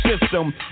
system